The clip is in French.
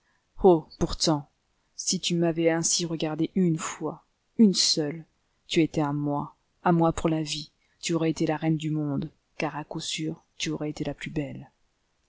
pourtant si tu m'avais ainsi regardé une fois une seule tu étais à moi à moi pour la vie tu aurais été la reine du monde car à coup sûr tu aurais été la plus belle